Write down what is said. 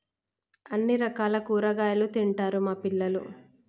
అన్ని రకాల కూరగాయలు తింటారు మా పిల్లలు